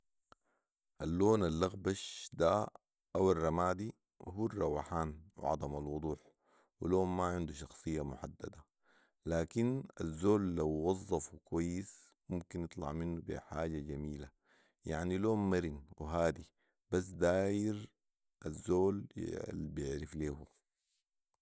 اللون الاغبش ده او الرمادي هو الروحان وعدم الوضوح ولون ماعنده شخصيه محدد لكن الزول لو وظفو كويس ممكن يطلع منه بي حاجه جميله يعني لون مرن وهادي بس داير الزول يع- البيعرف ليو